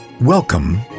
Welcome